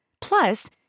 Plus